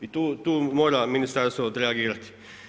I tu mora ministarstvo odreagirati.